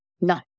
No